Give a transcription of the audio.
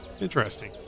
Interesting